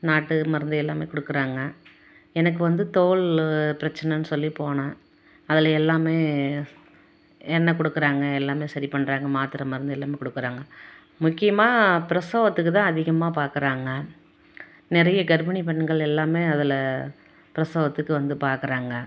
நாட்டு மருந்து எல்லாமே கொடுக்குறாங்க எனக்கு வந்து தோல் பிரச்சனைன்னு சொல்லி போனேன் அதில் எல்லாமே எண்ணெய் கொடுக்குறாங்க எல்லாமே சரிப்பண்ணுறாங்க மாத்தரை மருந்து எல்லாமே கொடுக்குறாங்க முக்கியமாக பிரசவத்துக்குதான் அதிகமாக பார்க்கறாங்க நிறைய கர்ப்பிணி பெண்கள் எல்லாமே அதில் பிரசவத்துக்கு வந்து பார்க்கறாங்க